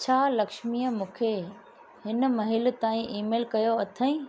छा लक्ष्मीअ मूंखे हिन महिल ताईं ईमेल कयो अथईं